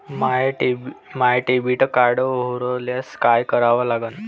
माय debit card हरोल्यास काय करा लागन?